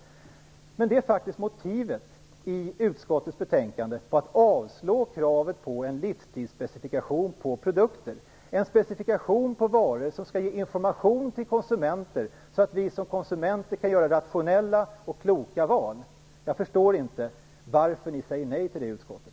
Men det är faktiskt motivet i utskottets betänkande till ett avslag på kravet på en livstidsspecifikation på produkter - en specifikation på varor som skall ge oss konsumenter sådan information att vi kan göra rationella och kloka val. Jag förstår inte varför ni säger nej till det i utskottet.